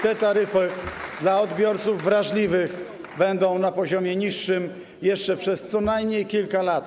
Te taryfy dla odbiorców wrażliwych będą na poziomie niższym jeszcze przez co najmniej kilka lat.